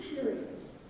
curious